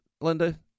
Linda